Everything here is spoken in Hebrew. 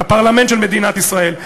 בפרלמנט של מדינת ישראל.